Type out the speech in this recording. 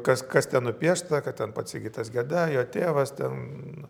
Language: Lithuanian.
kas kas ten nupiešta kad ten pats sigitas geda jo tėvas ten